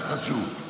זה חשוב.